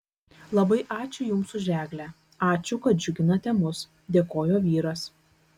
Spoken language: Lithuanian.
labai ačiū jums už eglę ačiū kad džiuginate mus dėkojo vyras